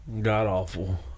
god-awful